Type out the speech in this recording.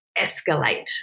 escalate